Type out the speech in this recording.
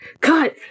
cut